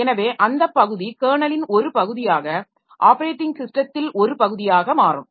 எனவே அந்த பகுதி கெர்னலின் ஒரு பகுதியாக ஆப்பரேட்டிங் ஸிஸ்டத்தில் ஒரு பகுதியாக மாறும்